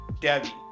Debbie